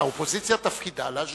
האופוזיציה, תפקידה להשגיח.